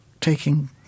taking